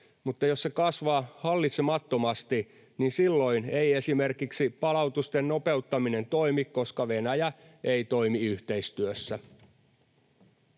mutta jos se kasvaa hallitsemattomasti, silloin ei esimerkiksi palautusten nopeuttaminen toimi, koska Venäjä ei toimi yhteistyössä.